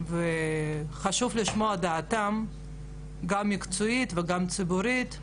וחשוב לשמוע את דעתם, גם מקצועית וגם ציבורית.